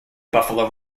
buffalo